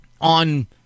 on